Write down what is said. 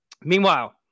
Meanwhile